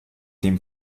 dem